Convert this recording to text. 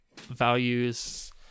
Values